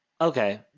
Okay